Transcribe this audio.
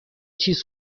چیز